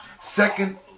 second